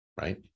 right